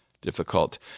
difficult